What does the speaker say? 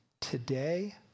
today